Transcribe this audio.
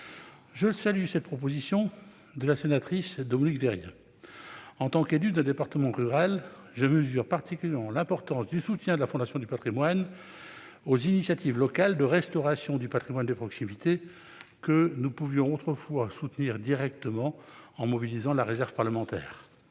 Je salue cette proposition de la sénatrice Dominique Vérien. En tant qu'élu d'un département rural, je mesure particulièrement l'importance du soutien de la Fondation du patrimoine aux initiatives locales de restauration du patrimoine de proximité, que nous pouvions autrefois soutenir directement en mobilisant la réserve parlementaire.